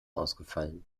ausgefallen